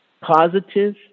Positive